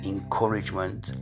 Encouragement